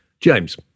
James